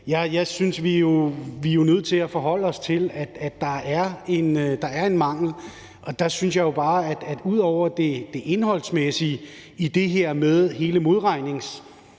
Jeg synes, at vi jo er nødt til at forholde os til, at der er en mangel. Der synes jeg bare, at ud over det indholdsmæssige i det her med hele modregningsperspektivet